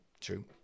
true